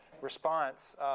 response